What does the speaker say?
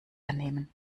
annehmen